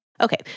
Okay